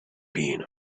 been